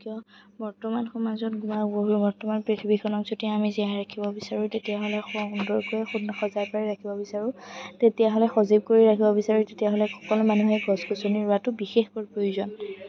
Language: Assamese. কিয় বৰ্তমান সমাজত বৰ্তমান পৃথিৱীখনক যদি আমি জীয়াই ৰাখিব বিচাৰোঁ তেতিয়াহ'লে সুন্দৰকৈ সজাই পৰাই ৰাখিব বিচাৰোঁ তেতিয়াহ'লে সজীৱ কৰি ৰাখিব বিচাৰোঁ তেতিয়াহ'লে সকলো মানুহেই গছ গছনি ৰুৱাতো বিশেষভাৱে প্ৰয়োজন